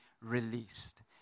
released